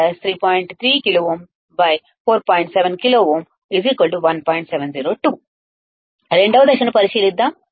7k అంటే ఏమిటి రెండవ దశను పరిశీలిద్దాం